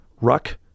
Ruck